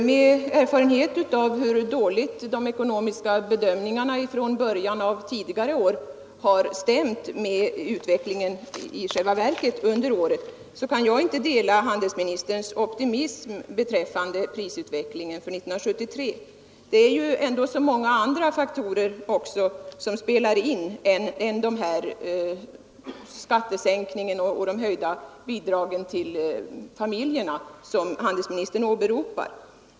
Herr talman! Med erfarenhet från tidigare år av hur illa de ekonomiska bedömningarna i början av året stämt med den verkliga utvecklingen senare under året kan jag inte dela handelsministerns optimism beträffande prisutvecklingen för 1973. Det är dock så många andra faktorer som spelar in än skattesänkningen och de höjningar av bidragen till familjerna som handelsministern åberopar.